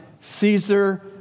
Caesar